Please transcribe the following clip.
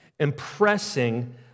impressing